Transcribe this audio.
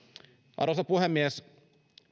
arvoisa puhemies